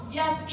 yes